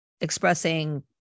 expressing